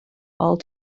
all